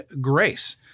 grace